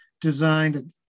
designed